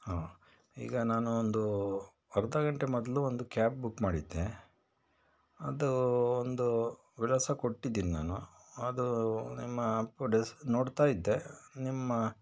ಹಾಂ ಈಗ ನಾನು ಒಂದು ಅರ್ಧ ಘಂಟೆ ಮೊದಲು ಒಂದು ಕ್ಯಾಬ್ ಬುಕ್ ಮಾಡಿದ್ದೆ ಅದು ಒಂದು ವಿಳಾಸ ಕೊಟ್ಟಿದ್ದೀನಿ ನಾನು ಅದು ನಿಮ್ಮ ಆ್ಯಪ್ ಡಿಸ್ ನೋಡ್ತಾಯಿದ್ದೆ ನಿಮ್ಮ